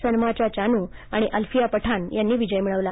सनमाचा चानू आणि अलफिया पठाण यांनी विजय मिळवला